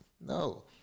no